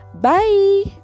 bye